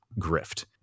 grift